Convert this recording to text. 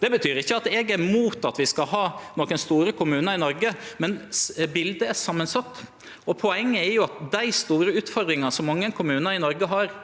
Det betyr ikkje at eg er imot at vi skal ha nokre store kommunar i Noreg, men bildet er samansett. Poenget er at dei store utfordringane som mange kommunar i Noreg